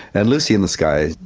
and lucy in the sky,